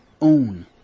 own